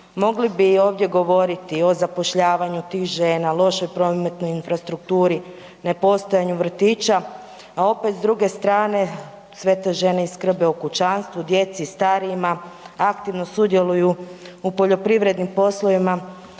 Mogli bi ovdje govoriti o zapošljavanju tih žena, lošoj prometnoj infrastrukturi, nepostojanju vrtića, a opet s druge strane sve te žene skrbe o kućanstvu, djeci, starijima, aktivno sudjeluju u poljoprivrednim poslovima,